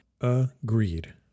Agreed